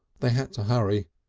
they had to hurry,